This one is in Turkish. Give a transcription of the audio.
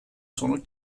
sonuç